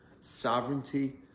sovereignty